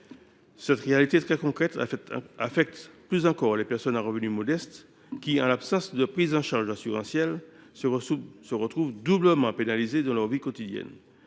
Cette situation très concrète affecte plus encore les personnes à revenus modestes, qui, en l’absence de prise en charge assurantielle, se retrouvent doublement affectées dans leur vie quotidienne.